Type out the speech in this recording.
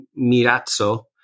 Mirazzo